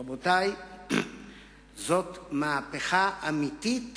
רבותי, זאת מהפכה אמיתית